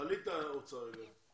תעלי את האוצר רגע.